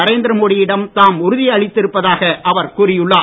நரேந்திர மோடி யிடம் தாம் உறுதி அளித்திருப்பதாக அவர் கூறியுள்ளார்